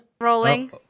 Rolling